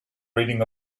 reading